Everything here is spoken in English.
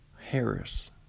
Harris